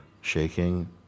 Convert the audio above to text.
shaking